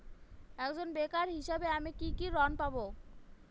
একজন বেকার হিসেবে আমি কি কি ঋণ পাব?